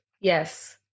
yes